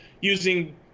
using